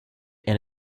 and